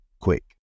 quick